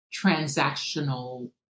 transactional